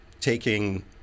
taking